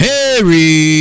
Harry